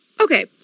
Okay